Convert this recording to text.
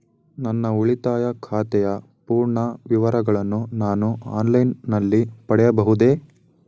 ನನ್ನ ಉಳಿತಾಯ ಖಾತೆಯ ಪೂರ್ಣ ವಿವರಗಳನ್ನು ನಾನು ಆನ್ಲೈನ್ ನಲ್ಲಿ ಪಡೆಯಬಹುದೇ?